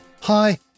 Hi